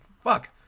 fuck